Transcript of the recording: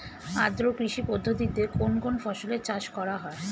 আদ্র কৃষি পদ্ধতিতে কোন কোন ফসলের চাষ করা হয়?